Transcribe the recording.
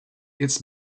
its